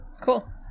Cool